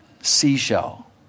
seashell